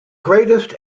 greatest